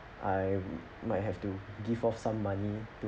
I might have to give off some money to